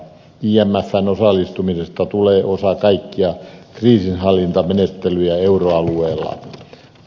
imfn osallistumisesta tulee osa kaikkea kriisinhallintamenettelyä euroalueella